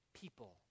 people